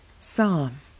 Psalm